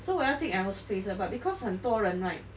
so 我要进 aerospace 的 but because 很多人 right